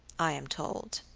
i am told,